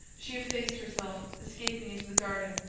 she effaced herself, escaping into the garden,